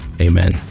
amen